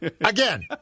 Again